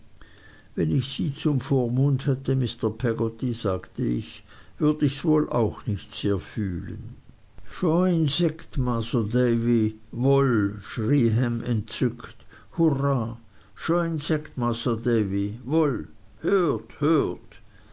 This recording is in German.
wenn ich sie zum vormund hätte mr peggotty sagte ich würd ichs wohl auch nicht sehr fühlen schoin seggt masr davy woll schrie ham entzückt hurra schoin seggt masr davy woll hört hört